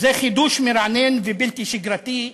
זה חידוש מרענן ובלתי שגרתי,